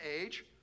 age